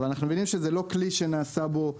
אבל אנחנו מבינים שזה לא כלי שנעשה בו שימוש,